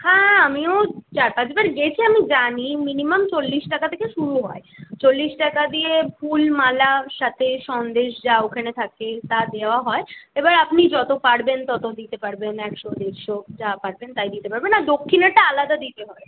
হ্যাঁ আমিও চার পাঁচবার গেছি আমি জানি মিনিমাম চল্লিশ টাকা থেকে শুরু হয় চল্লিশ টাকা দিয়ে ফুল মালা সাথে সন্দেশ যা ওখানে থাকে তা দেওয়া হয় এবারে আপনি যতো পারবেন ততো দিতে পারবেন একশো দেড়শো যা পারবেন তাই দিতে পারবেন আর দক্ষিণাটা আলাদা দিতে হয়